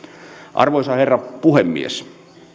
arvoisa herra puhemies